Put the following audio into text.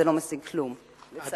זה לא משיג כלום, לצערי הרב.